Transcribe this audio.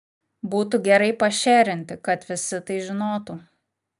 būtų gerai pašėrinti kad visi tai žinotų